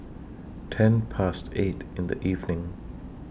ten Past eight in The evening